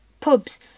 pubs